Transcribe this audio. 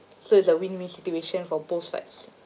so it's a win win situation for both sides